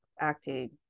acting